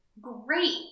great